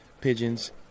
Pigeons